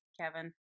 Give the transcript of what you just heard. Kevin